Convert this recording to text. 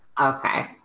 Okay